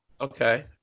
Okay